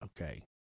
okay